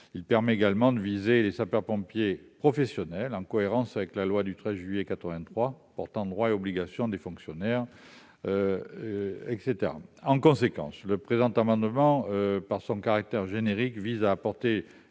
Il permet également de viser les sapeurs-pompiers professionnels, en cohérence avec la loi du 13 juillet 1983 portant droits et obligations des fonctionnaires. Le présent amendement, par son caractère générique, vise à apporter